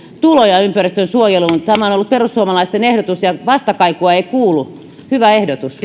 tuloja ympäristönsuojeluun tämä on ollut perussuomalaisten ehdotus ja vastakaikua ei kuulu hyvä ehdotus